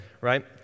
right